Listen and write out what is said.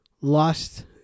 lost